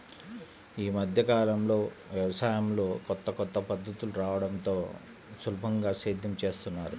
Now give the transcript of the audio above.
యీ మద్దె కాలంలో యవసాయంలో కొత్త కొత్త పద్ధతులు రాడంతో సులభంగా సేద్యం జేత్తన్నారు